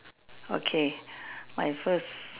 okay my first